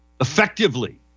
effectively